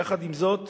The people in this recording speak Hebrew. יחד עם זאת,